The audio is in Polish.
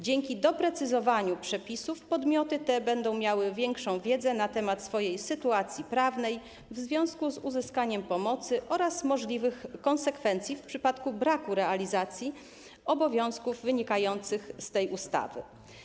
Dzięki doprecyzowaniu przepisów podmioty te będą miały większą wiedzę na temat swojej sytuacji prawnej w związku z uzyskaniem pomocy oraz możliwych konsekwencji w przypadku braku realizacji obowiązków wynikających z tej ustawy.